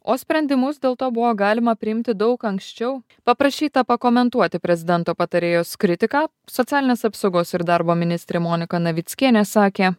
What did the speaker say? o sprendimus dėl to buvo galima priimti daug anksčiau paprašyta pakomentuoti prezidento patarėjos kritiką socialinės apsaugos ir darbo ministrė monika navickienė sakė